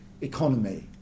economy